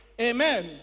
Amen